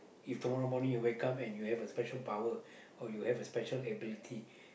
if tomorrow you wake and you have a special power or you have a special ability